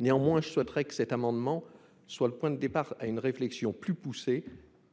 Néanmoins, je souhaiterais que cet amendement soit le point de départ d’une réflexion plus poussée, qui